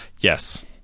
Yes